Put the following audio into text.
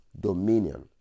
dominion